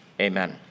amen